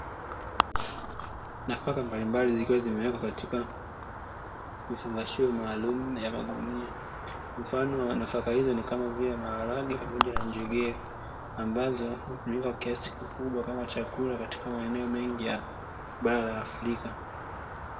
Nafaka mbalimbali zikiwa zimewekwa katika vifungashio maalumu vya maguni. Mfano wa nafaka hizo ni kama vile: maharage pamoja njegere; ambazo hutumika kwa kiasi kikubwa kama chakula katika maeneo mengi ya bara la Afrika.